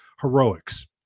heroics